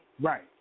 Right